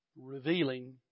revealing